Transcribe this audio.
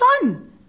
son